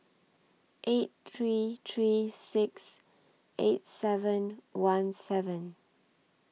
eight three three six eight seven one seven